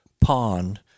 pond